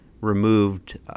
removed